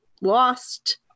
lost